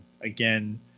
Again